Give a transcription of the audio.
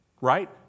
Right